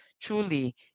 truly